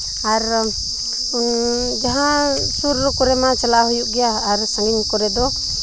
ᱟᱨ ᱡᱟᱦᱟᱸ ᱥᱩᱨ ᱠᱚᱨᱮ ᱢᱟ ᱪᱟᱞᱟᱣ ᱦᱩᱭᱩᱜ ᱜᱮᱭᱟ ᱟᱨ ᱥᱟᱺᱜᱤᱧ ᱠᱚᱨᱮ ᱫᱚ